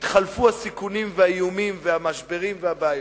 התחלפו הסיכונים והאיומים והמשברים והבעיות.